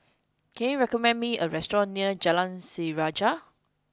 can you recommend me a restaurant near Jalan Sejarah